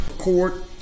Court